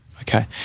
Okay